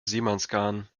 seemannsgarn